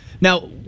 Now